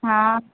हा